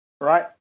right